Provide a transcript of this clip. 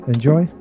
Enjoy